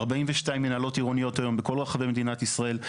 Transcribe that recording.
42 מנהלות עירוניות היום בכל רחבי מדינת ישראל,